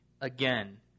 again